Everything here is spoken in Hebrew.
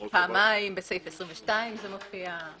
פעמיים, בסעיף 22 זה מופיע.